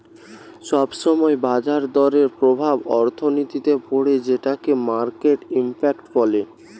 সব সময় বাজার দরের প্রভাব অর্থনীতিতে পড়ে যেটোকে মার্কেট ইমপ্যাক্ট বলে